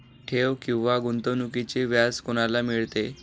ठेव किंवा गुंतवणूकीचे व्याज कोणाला मिळते?